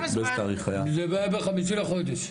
זה היה ב-5 לחודש.